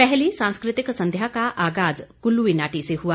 पहली सांस्कृतिक संध्या का आगाज कुल्लवी नाटी से हुआ